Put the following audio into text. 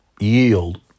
yield